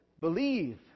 believe